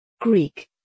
Greek